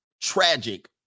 tragic